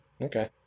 Okay